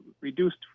reduced